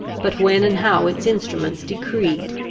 but when and how its instruments decreed?